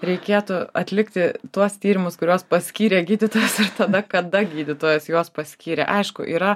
reikėtų atlikti tuos tyrimus kuriuos paskyrė gydytojas ir tada kada gydytojas juos paskyrė aišku yra